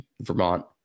vermont